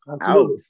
out